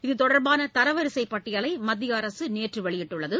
இதுதொடர்பான தரவரிசைப் பட்டியலை மத்திய அரசு நேற்று வெளியிட்டுள்ளது